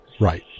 right